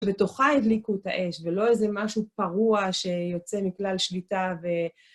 ובתוכה הדליקו את האש, ולא איזה משהו פרוע שיוצא מכלל שליטה ו...